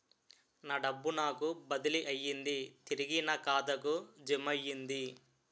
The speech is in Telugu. నా డబ్బు నాకు బదిలీ అయ్యింది తిరిగి నా ఖాతాకు జమయ్యింది